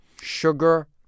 Sugar